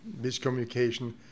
miscommunication